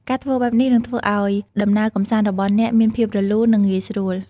ការធ្វើបែបនេះនឹងធ្វើឱ្យដំណើរកម្សាន្តរបស់អ្នកមានភាពរលូន និងងាយស្រួល។